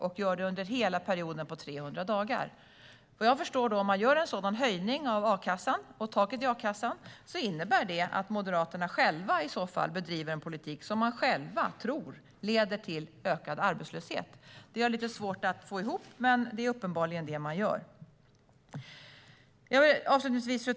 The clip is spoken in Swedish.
Det görs för hela perioden om 300 dagar. Om man gör en sådan höjning av taket i a-kassan, innebär det att Moderaterna bedriver en politik som man själv tror leder till ökad arbetslöshet. Det har jag lite svårt att få ihop, men det är uppenbarligen så man gör. Fru talman!